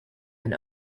and